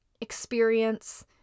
experience